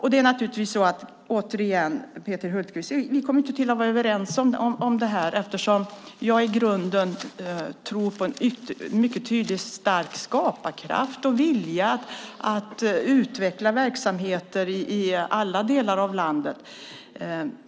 Vi kommer naturligtvis inte att vara överens om det här, Peter Hultqvist, eftersom jag i grunden tror på en mycket tydlig och stark skaparkraft och vilja att utveckla verksamheter i alla delar av landet.